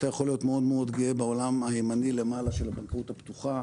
אתה יכול להיות מאוד מאוד גאה בעולם של הבנקאות הפתוחה.